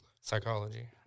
Psychology